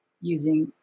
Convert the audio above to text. using